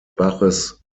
baches